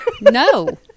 No